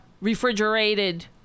refrigerated